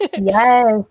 Yes